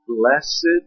Blessed